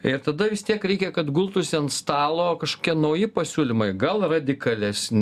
ir tada vis tiek reikia kad gultųsi ant stalo kažkokie nauji pasiūlymai gal radikalesni